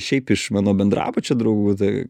šiaip iš mano bendrabučio draugų tai